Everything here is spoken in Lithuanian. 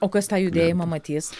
o kas tą judėjimą matys